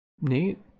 Neat